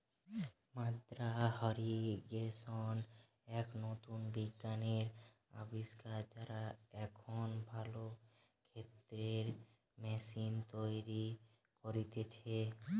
মাদ্দা ইর্রিগেশন এক নতুন বিজ্ঞানের আবিষ্কার, যারা এখন ভালো ক্ষেতের ম্যাশিন তৈরী করতিছে